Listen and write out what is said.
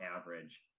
average